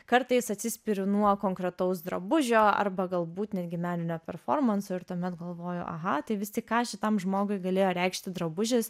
kartais atsispiriu nuo konkretaus drabužio arba galbūt netgi meninio performanso ir tuomet galvoju aha tai vis tik ką šitam žmogui galėjo reikšti drabužis